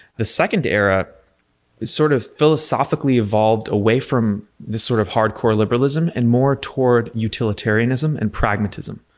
the second era is sort of philosophically involved away from this sort of hardcore liberalism and more toward utilitarianism and pragmatism.